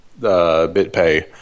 BitPay